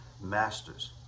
Masters